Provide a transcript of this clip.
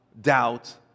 doubt